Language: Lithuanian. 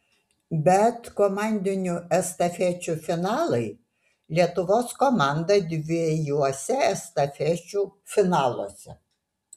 bet komandinių estafečių finalai lietuvos komanda dviejuose estafečių finaluose